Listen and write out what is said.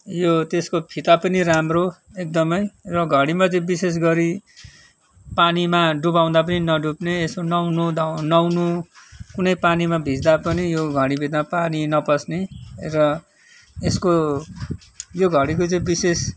यो त्यसको फिता पनि राम्रो एकदमै र घडीमा चाहिँ विशेष गरी पानीमा डुबाउँदा पनि नडुब्ने यसो नुहाउनुधुवाउनु नुहाउनु कुनै पानीमा भिज्दा पनि यो घडीभित्र पानी नपस्ने र यसको यो घडीको चाहिँ विशेष